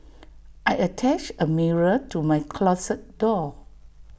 I attached A mirror to my closet door